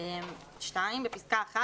בפסקה (1),